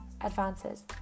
advances